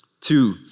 two